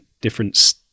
different